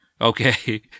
Okay